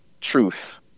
truth